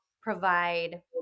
provide